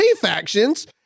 factions